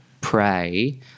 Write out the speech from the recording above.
pray